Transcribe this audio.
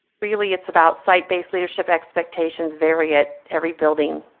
really it's about site based leadership. expectations vary at every building.